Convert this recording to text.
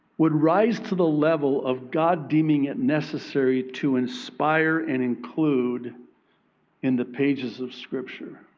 would rise to the level of god, deeming it necessary to inspire and include in the pages of scripture.